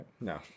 No